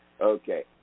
Okay